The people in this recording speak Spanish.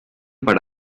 para